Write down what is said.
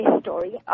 story